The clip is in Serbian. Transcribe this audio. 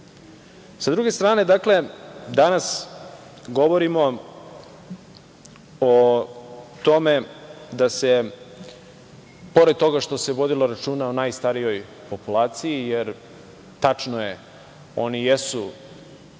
druge strane, dakle danas govorimo o tome da se pored toga što se vodilo računa o najstarijoj populaciji, jer tačno je, oni jesu